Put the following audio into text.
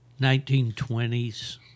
1920s